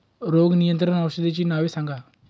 रोग नियंत्रण औषधांची नावे सांगा?